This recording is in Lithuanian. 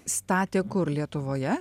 statė kur lietuvoje